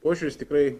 požiūris tikrai